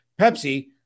Pepsi